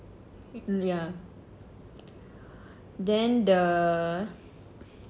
ya then the